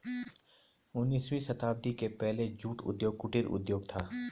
उन्नीसवीं शताब्दी के पहले जूट उद्योग कुटीर उद्योग था